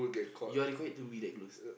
you are required to be that close